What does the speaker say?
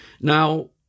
now